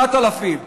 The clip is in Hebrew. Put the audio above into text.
9,000,